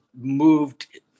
moved